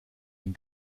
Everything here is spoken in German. den